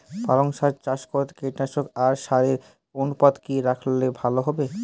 পালং শাক চাষ করতে কীটনাশক আর সারের অনুপাত কি রাখলে ভালো হবে?